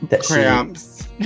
Cramps